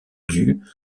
dus